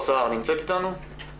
ברמה